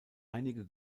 einige